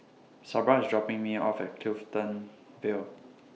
Sabra IS dropping Me off At Clifton Vale